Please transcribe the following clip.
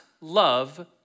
love